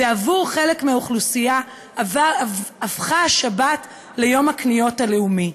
ועבור חלק מהאוכלוסייה הפכה השבת ליום הקניות הלאומי.